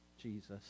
Jesus